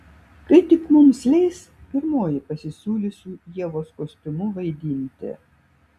kai tik mums leis pirmoji pasisiūlysiu ievos kostiumu vaidinti